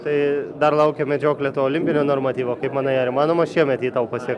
tai dar laukia medžioklė to olimpinio normatyvo kaip manai ar įmanoma šiemet jį tau pasiekt